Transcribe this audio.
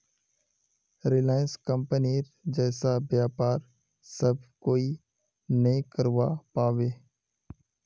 Reliance कंपनीर जैसा व्यापार सब कोई नइ करवा पाबे